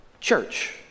church